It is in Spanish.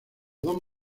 dos